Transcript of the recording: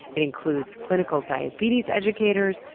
it includes clinical diabetes educators,